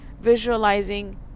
visualizing